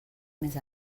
més